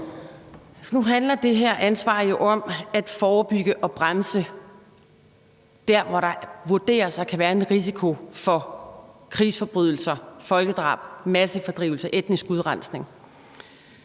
Nu handler det her ansvar jo netop om at forebygge det og bremse det der, hvor der vurderes, at der kan være en risiko for krigsforbrydelser, folkedrab, massefordrivelser og etnisk udrensning,